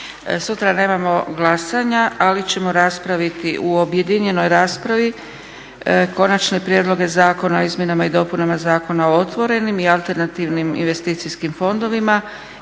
Sutra nemamo glasanja ali ćemo raspraviti u objedinjenoj raspravi Konačne prijedloge zakona o izmjenama i dopunama Zakona o otvorenim i alternativnim investicijskim fondovima